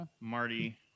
Marty